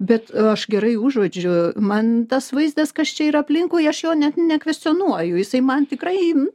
bet aš gerai užuodžiu man tas vaizdas kas čia yra aplinkui aš jo net nekvestionuoju jisai man tikrai